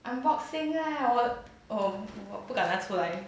unbox 先啦我我 um 我不敢拿出来